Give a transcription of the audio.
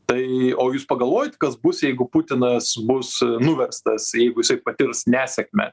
tai o jūs pagalvojot kas bus jeigu putinas bus nuverstas jeigu jisai patirs nesėkmę